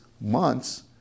months